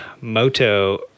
Moto